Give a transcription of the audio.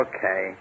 Okay